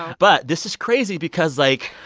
but this is crazy because, like,